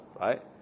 right